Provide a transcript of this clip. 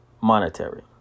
monetary